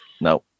No